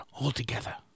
altogether